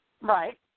Right